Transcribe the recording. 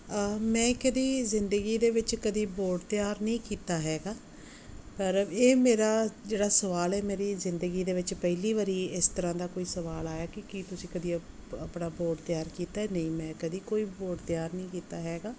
ਮੈਂ ਕਦੀ ਜ਼ਿੰਦਗੀ ਦੇ ਵਿੱਚ ਕਦੀ ਬੋਰਡ ਤਿਆਰ ਨਹੀਂ ਕੀਤਾ ਹੈਗਾ ਪਰ ਇਹ ਮੇਰਾ ਜਿਹੜਾ ਸਵਾਲ ਹੈ ਮੇਰੀ ਜ਼ਿੰਦਗੀ ਦੇ ਵਿੱਚ ਪਹਿਲੀ ਵਾਰ ਇਸ ਤਰ੍ਹਾਂ ਦਾ ਕੋਈ ਸਵਾਲ ਆਇਆ ਕਿ ਕੀ ਤੁਸੀਂ ਕਦੀ ਆਪ ਆਪਣਾ ਬੋਰਡ ਤਿਆਰ ਕੀਤਾ ਨਹੀਂ ਮੈਂ ਕਦੀ ਕੋਈ ਬੋਰਡ ਤਿਆਰ ਨਹੀਂ ਕੀਤਾ ਹੈਗਾ